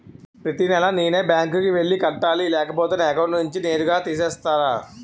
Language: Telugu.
ప్రతి నెల నేనే బ్యాంక్ కి వెళ్లి కట్టాలి లేకపోతే నా అకౌంట్ నుంచి నేరుగా తీసేస్తర?